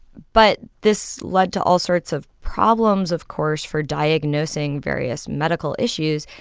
but this led to all sorts of problems, of course, for diagnosing various medical issues.